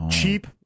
cheap